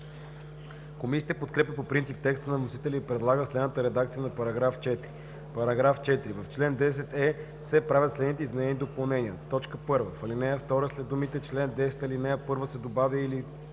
Комисията подкрепя по принцип текста на вносителя и предлага следната редакция на § 4: „§4. В чл. 10е се правят следните изменения и допълнения: 1. В ал. 2 след думите „чл. 10, ал. 1“ се добавя „или